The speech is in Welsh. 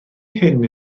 hyn